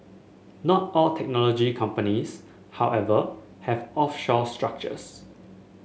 not all technology companies however have offshore structures